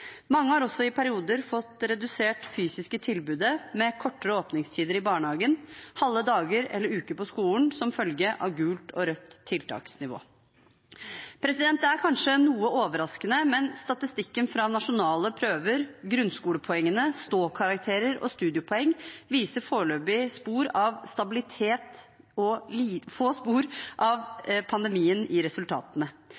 Mange har også i perioder fått redusert det fysiske tilbudet med kortere åpningstider i barnehagen, halve dager eller halve uker på skolen som følge av gult og rødt tiltaksnivå. Det er kanskje noe overraskende, men statistikken fra nasjonale prøver, grunnskolepoengene, standpunktkarakterer og studiepoeng viser foreløpig stabilitet og få spor av